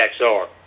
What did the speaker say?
xr